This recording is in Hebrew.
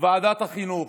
ועדת החינוך,